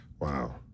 Wow